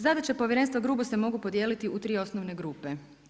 Zadaće Povjerenstva grubo se mogu podijeliti u tri osnovne grupe.